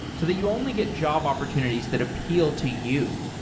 so that you only get job opportunities that appeal to you.